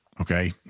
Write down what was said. Okay